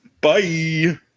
Bye